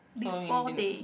before they